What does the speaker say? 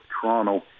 Toronto